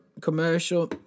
commercial